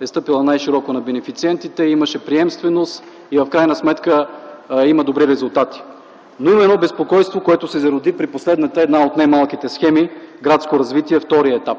е стъпила най-широко на бенефициентите, имаше приемственост, и в крайна сметка има добри резултати. Но има едно безпокойство, което се роди при последната една от немалките схеми „Градско развитие – втори етап”.